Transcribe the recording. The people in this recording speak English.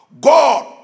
God